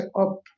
up